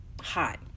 hot